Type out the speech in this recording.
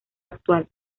actual